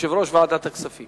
יושב-ראש ועדת הכספים